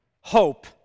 hope